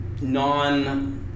non-